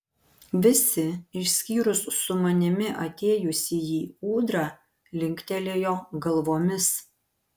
visi išskyrus su manimi atėjusįjį ūdrą linktelėjo galvomis